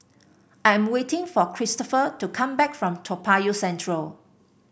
I am waiting for Cristopher to come back from Toa Payoh Central